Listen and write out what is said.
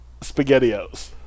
SpaghettiOs